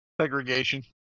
segregation